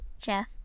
Jeff